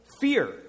fear